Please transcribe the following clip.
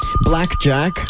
Blackjack